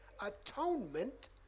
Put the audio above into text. atonement